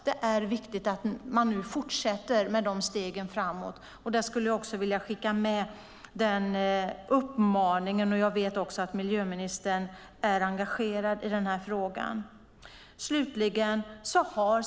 Det är viktigt att man fortsätter att ta steg framåt. Jag skulle vilja skicka med den uppmaningen. Jag vet att miljöministern är engagerad i frågan.